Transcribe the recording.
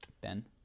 Ben